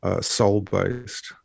soul-based